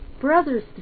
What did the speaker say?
brothers